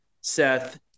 Seth